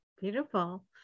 Beautiful